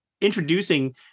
introducing